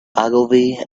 ogilvy